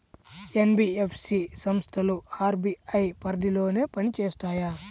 NBFC సంస్థలు RBI పరిధిలోనే పని చేస్తాయా?